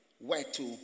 whereto